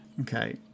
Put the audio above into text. Okay